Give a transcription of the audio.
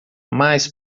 mais